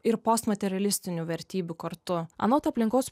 ir postmaterialistinių vertybių kartu anot aplinkos